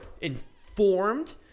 informed